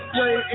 Play